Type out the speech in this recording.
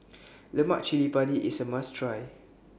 Lemak Cili Padi IS A must Try